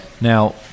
Now